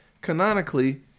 canonically